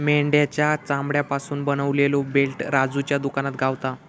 मेंढ्याच्या चामड्यापासून बनवलेलो बेल्ट राजूच्या दुकानात गावता